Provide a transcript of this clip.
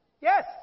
Yes